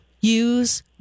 Use